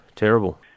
Terrible